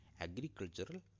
agricultural